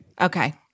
Okay